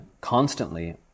constantly